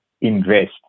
invest